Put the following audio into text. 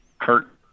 Kurt